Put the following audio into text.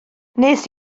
wnes